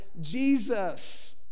Jesus